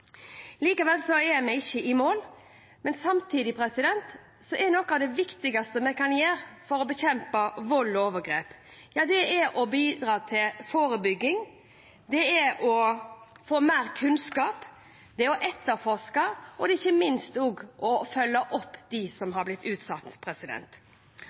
er vi ikke i mål. Men samtidig er noe av det viktigste vi kan gjøre for å bekjempe vold og overgrep, å bidra til forebygging, det er å få mer kunnskap, det er å etterforske, og det er ikke minst også å følge opp dem som